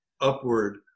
upward